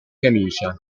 camicia